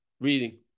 reading